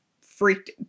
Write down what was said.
freaked